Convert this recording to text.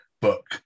book